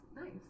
nice